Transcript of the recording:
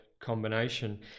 combination